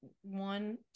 One